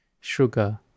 sugar